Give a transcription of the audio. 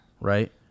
Right